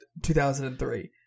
2003